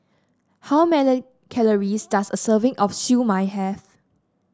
how many calories does a serving of Siew Mai have